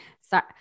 Sorry